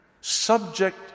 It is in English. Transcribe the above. subject